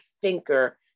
thinker